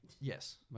Yes